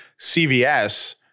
CVS